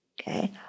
Okay